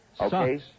Okay